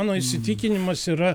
mano įsitikinimas yra